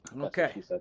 Okay